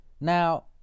Now